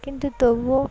কিন্তু তবুও